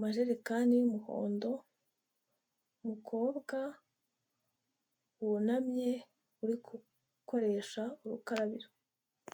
majerekani y'umuhondo mukobwa wunamye uri gukoresha urukabiro.